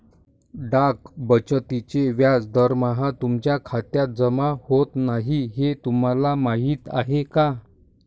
डाक बचतीचे व्याज दरमहा तुमच्या खात्यात जमा होत नाही हे तुम्हाला माहीत आहे का?